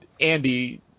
Andy